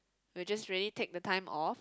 we'll just really take the time off